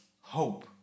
hope